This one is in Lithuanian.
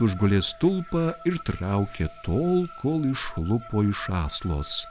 užgulė stulpą ir traukė tol kol išlupo iš aslos